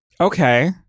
Okay